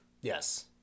Yes